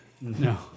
No